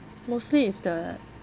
mostly it's the